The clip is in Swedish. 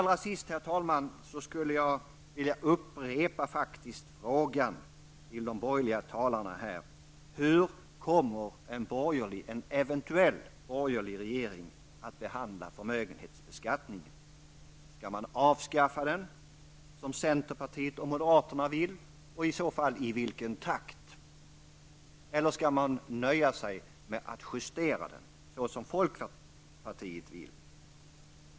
Slutligen, herr talman, skall jag upprepa mina frågor till de borgerliga talarna: Hur kommer en eventuell borgerlig regering att behandla förmögenhetsbeskattningen? Skall den avskaffas som centern och moderaterna vill och i så fall i vilken takt? Eller skall man nöja sig med att justera den som folkpartiet vill?